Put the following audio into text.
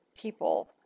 people